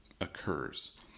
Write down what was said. occurs